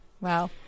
Wow